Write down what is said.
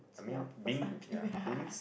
smell people's armpit